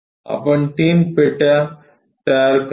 आपण तीन पेट्या तयार करा